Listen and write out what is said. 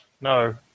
No